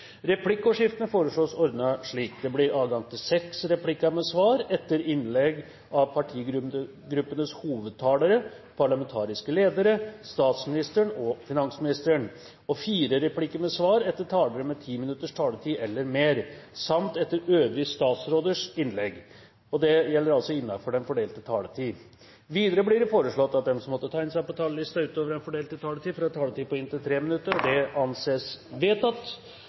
Replikkordskiftet foreslås ordnet slik: Det blir adgang til seks replikker med svar etter innlegg fra partigruppenes hovedtalere, parlamentariske ledere, statsministeren og finansministeren og fire replikker med svar etter talere med 10 minutters taletid eller mer samt etter øvrige statsråders innlegg innenfor den fordelte taletid. Videre blir det foreslått at de som måtte tegne seg på talerlisten utover den fordelte taletid, får en taletid på inntil 3 minutter. – Det anses vedtatt.